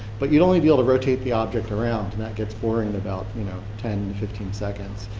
but you'd only be able to rotate the object around and that gets boring in about, you know, ten, fifteen seconds.